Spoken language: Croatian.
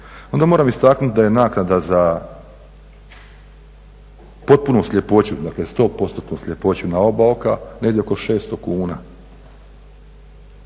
onda moram istaknuti da je naknada za potpunu sljepoću, dakle 100%-tnu sljepoću na oba oka negdje oko 600 kuna.